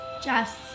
Jess